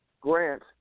grant